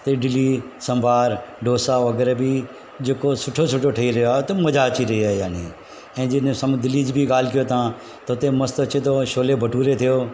त इडली सांभर डोसा वग़ैरह बि जको सुठो सुठो ठही रहियो आहे त मज़ा अची रहियो यानी ऐं जे न सम्झ दिल्ली जी बि ॻाल्हि कयो था त हुते मस्तु अचे थो छोले भटूरे थियो